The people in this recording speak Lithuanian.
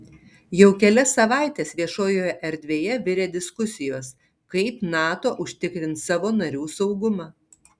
jau kelias savaites viešojoje erdvėje virė diskusijos kaip nato užtikrins savo narių saugumą